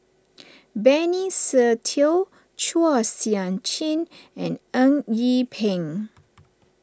Benny Se Teo Chua Sian Chin and Eng Yee Peng